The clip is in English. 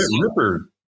Ripper